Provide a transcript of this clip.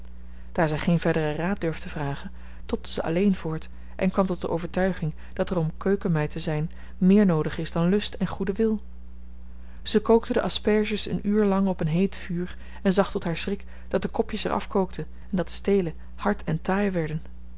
daar zij geen verderen raad durfde vragen tobde ze alleen voort en kwam tot de overtuiging dat er om keukenmeid te zijn meer noodig is dan lust en goeden wil ze kookte de asperges een uur lang op een heet vuur en zag tot haar schrik dat de kopjes er afkookten en de steelen hard en taai werden